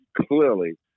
clearly